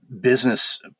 business